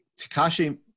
Takashi